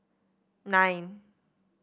nine